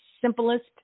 simplest